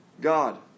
god